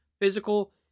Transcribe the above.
physical